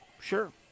Sure